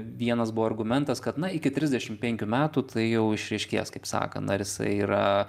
vienas buvo argumentas kad na iki trisdešimt penkių metų tai jau išryškės kaip sakant ar jisai yra